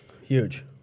Huge